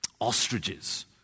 ostriches